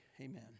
amen